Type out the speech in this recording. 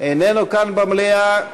איננו כאן, במליאה.